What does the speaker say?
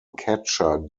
catcher